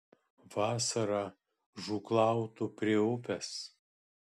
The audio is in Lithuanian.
vasarą žūklautų prie upės